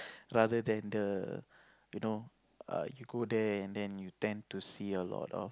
rather than the you know err you go there and you tend to see a lot of